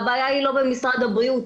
הבעיה היא לא במשרד הבריאות